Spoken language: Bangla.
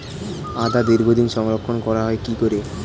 আদা দীর্ঘদিন সংরক্ষণ করা হয় কি করে?